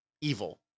evil